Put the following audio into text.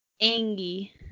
Angie